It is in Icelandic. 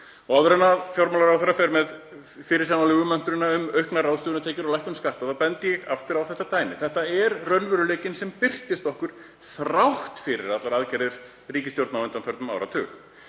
Áður en fjármálaráðherra fer með fyrirsjáanlegu möntruna um auknar ráðstöfunartekjur og lækkun skatta þá bendi ég aftur á þetta dæmi. Þetta er raunveruleikinn sem birtist okkur þrátt fyrir allar aðgerðir ríkisstjórna á undanförnum áratug.